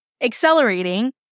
accelerating